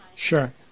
Sure